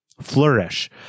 flourish